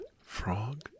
frog